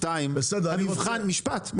משפט.